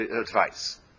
advice